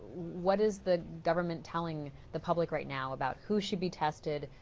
what is the government telling the public right now about who should be tested,